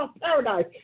paradise